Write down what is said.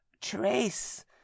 Trace